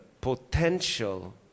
potential